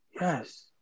yes